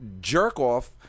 jerk-off